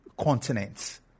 continents